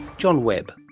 john webb